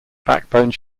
backbone